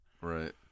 Right